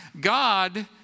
God